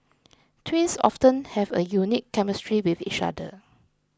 twins often have a unique chemistry with each other